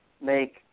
make